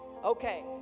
Okay